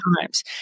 times